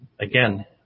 Again